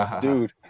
dude